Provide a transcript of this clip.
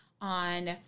on